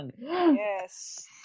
yes